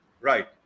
right